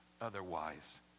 otherwise